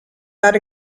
not